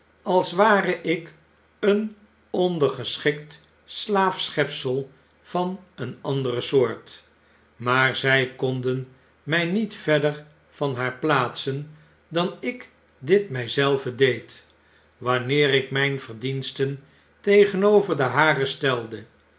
als ware ik een ondergeschikt slaafsch schepsel van een andere soort maar zij konden mij niet verder van haar plaatsen dan ik dit my zelven deed wanneer ik mijn verdiensten tegenover de hare stelde